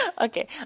Okay